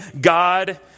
God